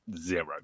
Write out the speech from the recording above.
zero